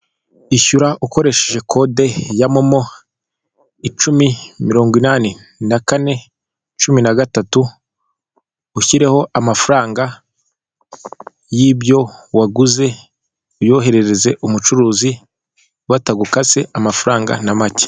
Ishyura ukoresheje kode ya momo, icumi mirongo inani nakane cumi nagatatu ushyireho amafaranga y'ibyo waguze uyoherereze umucuruzi batagukase amafaranga na make.